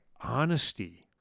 honesty